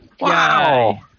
Wow